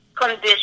condition